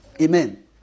Amen